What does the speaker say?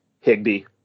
Higby